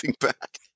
back